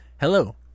Hello